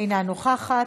אינה נוכחת,